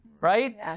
right